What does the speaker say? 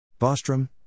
Bostrom